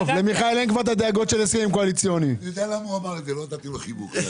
הדבר הזה גורם לכך שיש בחברה ירידה פרמננטית בהכנסות.